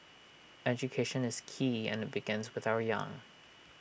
education is key and IT begins with our young